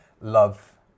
love